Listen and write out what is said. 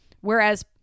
whereas